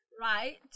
Right